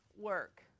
work